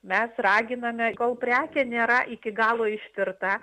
mes raginame kol prekė nėra iki galo ištirta